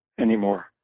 anymore